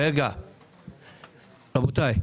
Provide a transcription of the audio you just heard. רבותיי,